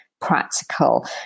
practical